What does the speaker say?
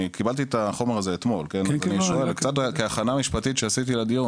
קיבלתי את החומר הזה אתמול אבל ערכתי מעט הכנה משפטית לקראת הדיון.